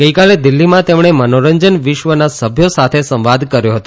ગઇકાલે દિલ્હીમાં તેમણે મનોરંજન વિશ્વના સભ્યો સાથે સંવાદ કર્યો હતો